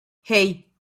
hey